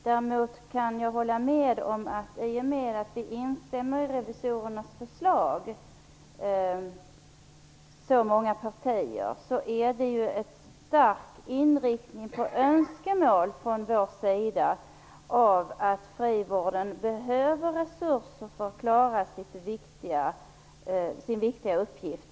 Däremot kan jag hålla med om att i och med att det är så många partier som instämmer i revisorernas förslag är det en stark inriktning - det är också önskemålet från vår sida - att frivården behöver resurser för att kunna klara sin viktiga uppgift.